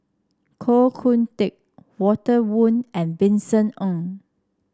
Koh Hoon Teck Walter Woon and Vincent Ng